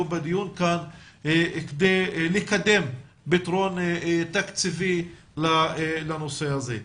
בדיון כאן כדי לקדם פתרון תקציבי לנושא הזה.